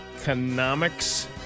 economics